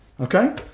okay